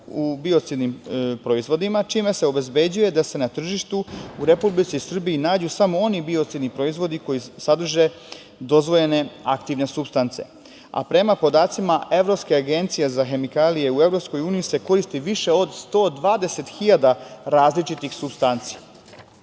biocidnih proizvoda čime se obezbeđuje da se na tržištu u Republici Srbiji nađu samo oni biocidni proizvodi koji sadrže dozvoljene aktivne supstance, a prema podacima Evropske agencije za hemikalije u EU se koristi više od 120 hiljada različitih supstanci.U